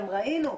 גם ראינו,